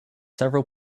several